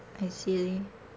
I see